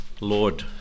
Lord